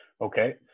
Okay